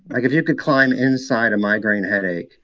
like, if you could climb inside a migraine headache,